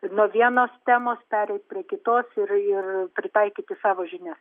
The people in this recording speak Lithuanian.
nuo vienos temos pereit prie kitos ir ir pritaikyti savo žinias